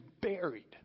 buried